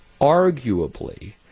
arguably